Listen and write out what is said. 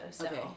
Okay